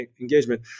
engagement